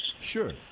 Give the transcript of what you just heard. Sure